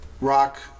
rock